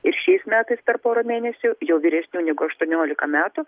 ir šiais metais per porą mėnesių jau vyresnių negu aštuoniolika metų